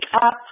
up